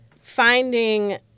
finding –